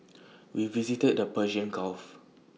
we visited the Persian gulf